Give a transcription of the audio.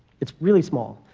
it's really small.